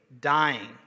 dying